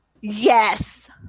yes